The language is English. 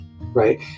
right